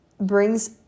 brings